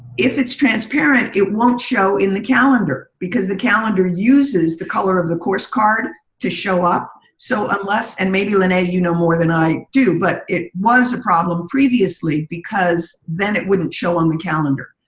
if it's transparent, it won't show in the calendar because the calendar uses the color of the course card to show up. so unless, and maybe lene, you know more than i do, but it was a problem previously because then it wouldn't show on the calendar.